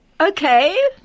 Okay